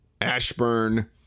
Ashburn